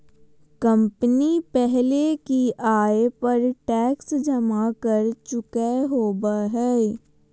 company पहले ही आय पर टैक्स जमा कर चुकय होबो हइ